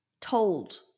told